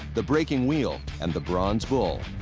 the breaking wheel, and the bronze bull.